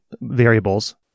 variables